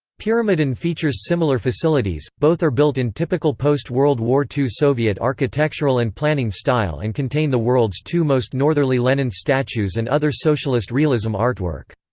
pyramiden features similar facilities both are built in typical post-world war ii soviet architectural and planning style and contain the world's two most northerly lenin statues and other socialist realism artwork.